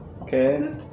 Okay